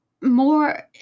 more